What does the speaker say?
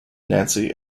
nancy